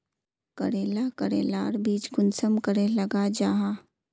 करेला करेलार बीज कुंसम करे लगा जाहा?